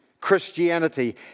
Christianity